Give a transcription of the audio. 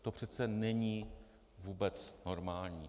To přece není vůbec normální.